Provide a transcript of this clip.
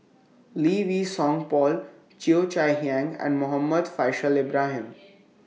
Lee Wei Song Paul Cheo Chai Hiang and Muhammad Faishal Ibrahim